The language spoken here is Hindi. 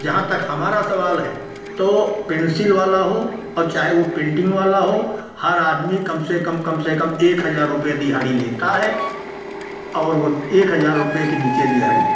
जहाँ तक हमारा सवाल है तो पेन्सिल वाला हो और चाहे वह पेन्टिन्ग वाला हो हर आदमी कम से कम कम से कम एक हज़ार रुपये दिहाड़ी लेता है और वह एक हज़ार रुपये के नीचे दिहाड़ी